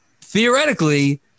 theoretically